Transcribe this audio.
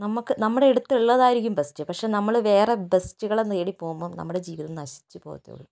നമുക്ക് നമ്മുടെ അടുത്തുള്ളതായിരിക്കും ബെസ്റ്റ് പക്ഷേ നമ്മള് വേറെ ബെസ്റ്റുകളെ തേടി പോകുമ്പോൾ നമ്മുടെ ജീവിതം നശിച്ചു പോകത്തേ ഉളളൂ